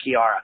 Kiara